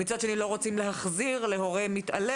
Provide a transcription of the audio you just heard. ומצד שני לא רוצים להחזיר להורה מתעלל